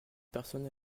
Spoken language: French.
personne